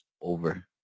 over